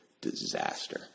disaster